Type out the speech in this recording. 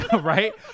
right